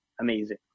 amazing